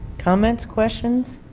comments questions